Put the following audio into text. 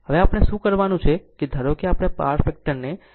હવે આપણે શું કરવાનું છે કે ધારો કે આપણે પાવર ફેક્ટરને 0